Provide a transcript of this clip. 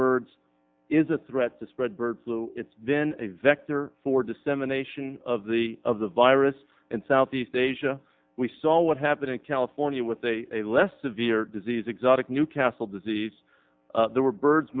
birds is a threat to spread bird flu it's been a vector for dissemination of the of the virus in southeast asia we saw what happened in california with a less severe disease exotic new castle disease there were birds